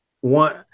one